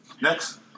Next